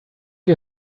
you